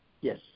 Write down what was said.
Yes